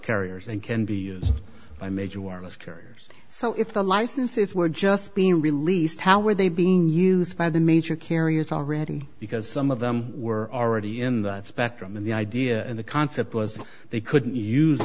carriers and can be used by major warless carriers so if the licenses were just being released how were they being used by the major carriers already because some of them were already in that spectrum and the idea and the concept was that they couldn't use